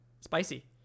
spicy